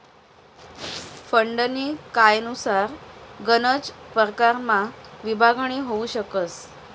फंडनी कायनुसार गनच परकारमा विभागणी होउ शकस